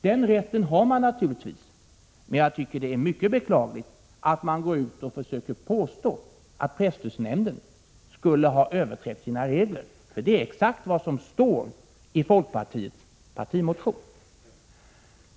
Den rätten har man naturligtvis, men jag tycker att det är mycket beklagligt att man går ut och försöker påstå att presstödsnämnden skulle ha överträtt sina regler. Det är exakt vad som står i folkpartiets partimotion.